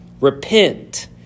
Repent